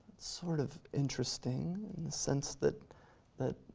sort of interesting in the sense that that